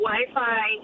Wi-Fi